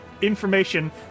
information